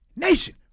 Nation